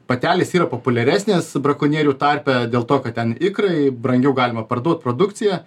patelės yra populiaresnės brakonierių tarpe dėl to kad ten ikrai brangiau galima parduoti produkciją